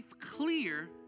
clear